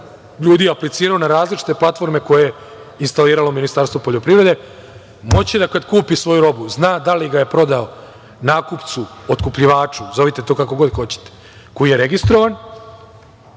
ljudi aplicirao na različite platforme koje je instaliralo Ministarstvo poljoprivrede, moći da kad kupi svoju robu zna dali ga je prodao nakupcu, otkupljivaču, zovite to kako god hoćete, koji je registrovan